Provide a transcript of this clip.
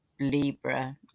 Libra